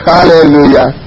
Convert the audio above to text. Hallelujah